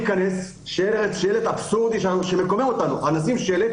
שלט אבסורדי שמקומם אותנו אבל נשים שלט